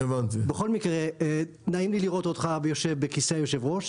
בכל מקרה נעים לי לראות אותך יושב בכיסא היושב ראש.